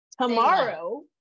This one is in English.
Tomorrow